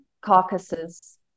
carcasses